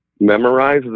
memorize